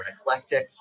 eclectic